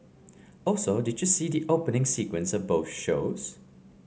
also did you see the opening sequence of both shows